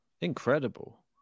Incredible